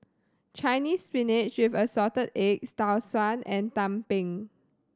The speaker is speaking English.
Chinese Spinach with Assorted Eggs Tau Suan and Tumpeng